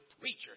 preacher